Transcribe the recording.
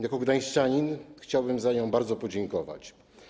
Jako gdańszczanin chciałbym za nią bardzo podziękować.